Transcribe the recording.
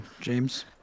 James